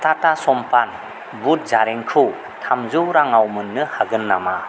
टाटा समपान बुद जारेंखौ थामजौ राङाव मोन्नो हागोन नामा